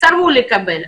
סירבו לקבל.